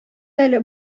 әле